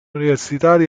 universitari